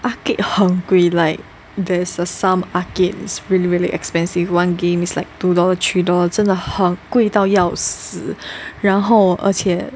arcade 很贵 like there's some arcades really really expensive one game is like two dollars three dollars 真的很贵到要死然后而且